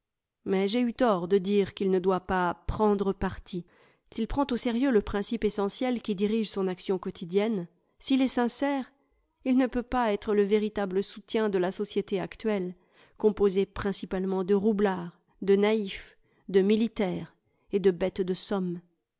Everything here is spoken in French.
mais j'ai eu tort de dire qu'il ne doit pas prendre parti s'il prend au sérieux le principe essentiel qui dirige son action quotidienne s'il est sincère il ne peut pas être le véritable soutien de la société actuelle composée principalement de roublards de naïfs de militaires et de bêtes de somme